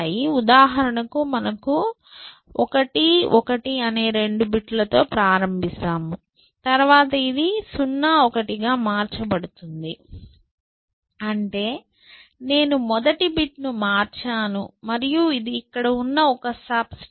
ఉదాహరణకు మనము 1 1 అనే రెండు బిట్లతో ప్రారంభిస్తాము తరువాత ఇది 0 1 గా మార్చబడుతుంది అంటే నేను మొదటి బిట్ను మార్చాను మరియు ఇది ఇక్కడ ఉన్న ఒక సబ్స్ట్రింగ్